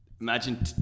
imagine